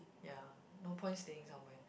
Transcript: ya no point staying somewhere